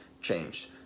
changed